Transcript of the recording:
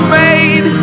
made